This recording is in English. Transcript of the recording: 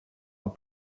are